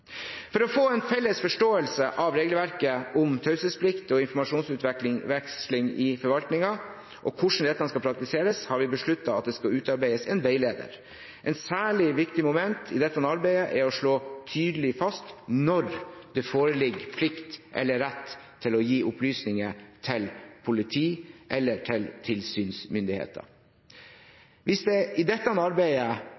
For å få en felles forståelse av regelverket om taushetsplikt og informasjonsutveksling i forvaltningen og hvordan det skal praktiseres, har vi besluttet at det skal utarbeides en veileder. Et særlig viktig moment i dette arbeidet er å slå tydelig fast når det foreligger plikt eller rett til å gi opplysninger til politi eller tilsynsmyndigheter.